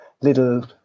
little